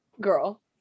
girl